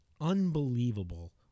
unbelievable